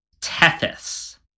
Tethys